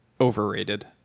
Overrated